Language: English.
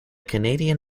canadian